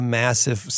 massive